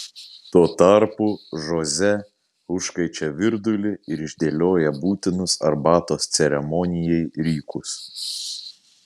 tuo tarpu žoze užkaičia virdulį ir išdėlioja būtinus arbatos ceremonijai rykus